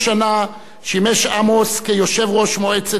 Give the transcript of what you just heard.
שימש עמוס כיושב-ראש מועצת עמק-חפר,